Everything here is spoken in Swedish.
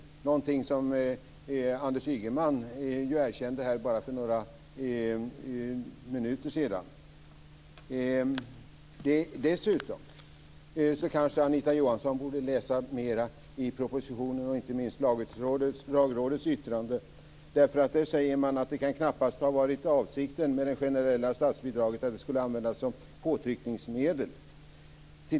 Det är någonting som Anders Ygeman erkände för bara några minuter sedan. Anita Johansson borde läsa mer i propositionen och i Lagrådets yttrande. Där framgår att det knappast kan ha varit avsikten att det generella statsbidraget skulle användas som påtryckningsmedel.